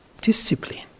Discipline